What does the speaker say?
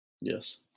Yes